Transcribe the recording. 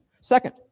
Second